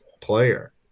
player